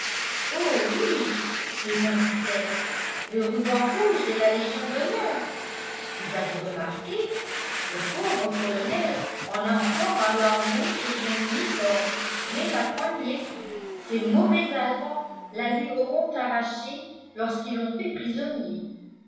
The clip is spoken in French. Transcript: oh oui répondit-elle le ruban rouge de la légion d'honneur vous avez remarqué le pauvre colonel en a encore un lambeau sur son uniforme mais la croix n'y est plus ces mauvais allemands la lui auront arrachée lorsqu'ils l'ont fait prisonnier